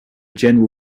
general